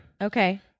Okay